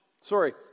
sorry